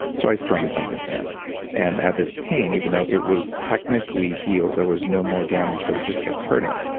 so i strained something there and i had this pain even though it was technically healed, there was no more damage but it just kept hurting.